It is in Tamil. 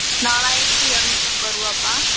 நாலாயிரத்தி இரநூத்தி ஐம்பது ருபாப்பா